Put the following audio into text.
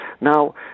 Now